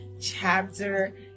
chapter